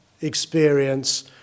experience